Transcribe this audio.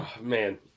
man